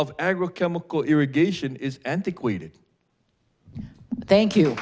of agro chemical irrigation is antiquated thank you